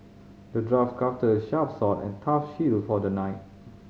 the dwarf crafted a sharp sword and tough shield for the knight